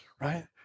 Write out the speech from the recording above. right